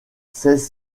seize